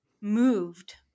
moved